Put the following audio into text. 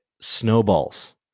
snowballs